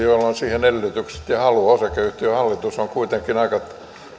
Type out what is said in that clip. joilla on siihen edellytykset ja ja halu osakeyhtiön hallitus on kuitenkin aika